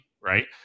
right